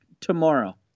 tomorrow